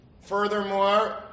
Furthermore